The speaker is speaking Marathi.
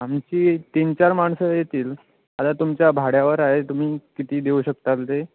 आमची तीन चार माणसं येतील आता तुमच्या भाड्यावर आहे तुम्ही किती देऊ शकताल ते